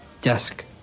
desk